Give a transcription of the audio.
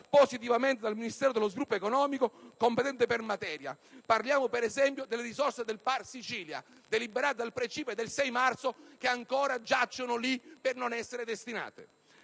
positivamente dal Ministero dello sviluppo economico, competente per materia. Parliamo, per esempio, delle risorse del POR Sicilia, deliberate dal CIPE il 6 marzo, che ancora sono ferme e non vengono destinate.